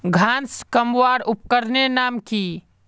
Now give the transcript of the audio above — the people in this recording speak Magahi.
घांस कमवार उपकरनेर नाम की?